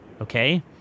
okay